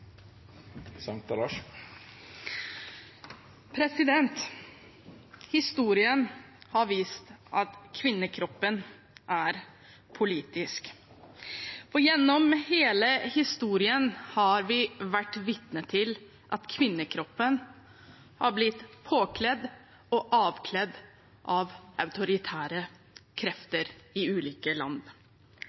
karakter. Historien har vist at kvinnekroppen er politisk, og gjennom hele historien har vi vært vitne til at kvinnekroppen har blitt påkledd og avkledd av autoritære krefter i ulike land.